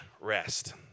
rest